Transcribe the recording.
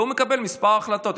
והוא מקבל מספר החלטות.